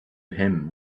him